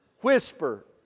whisper